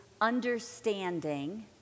understanding